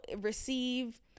receive